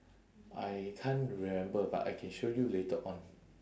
I can't remember but I can show you later on